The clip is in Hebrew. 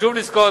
חשוב לזכור,